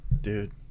Dude